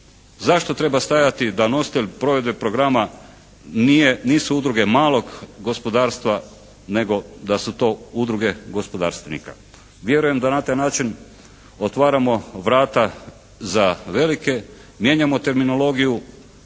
Zašto treba stajati da nositelj provedbe programa nisu udruge malog gospodarstva nego da su to udruge gospodarstvenika? Vjerujem da na taj način otvaramo vrata za velike, mijenjamo terminologiju,